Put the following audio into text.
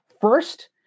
First